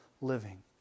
living